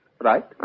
Right